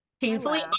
painfully